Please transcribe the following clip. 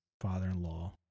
father-in-law